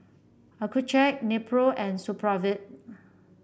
Accucheck Nepro and Supravit